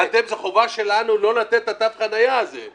חובה שלנו לא לתת את תו החניה הזה שלנו.